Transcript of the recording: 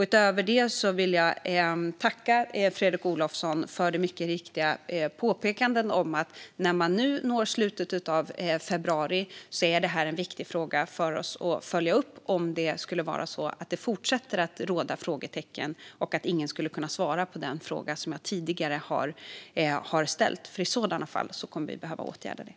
Utöver det vill jag tacka Fredrik Olovsson för de riktiga påpekandena om att när man når slutet av februari är det här en viktig fråga att följa upp om det skulle vara så att det fortsätter att råda frågetecken och att ingen kan svara på den fråga som jag tidigare har ställt. I sådana fall kommer vi i regeringen att behöva åtgärda det.